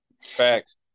facts